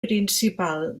principal